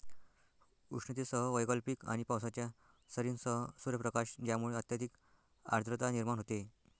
उष्णतेसह वैकल्पिक आणि पावसाच्या सरींसह सूर्यप्रकाश ज्यामुळे अत्यधिक आर्द्रता निर्माण होते